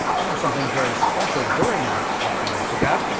and something very special during that flightline cookout.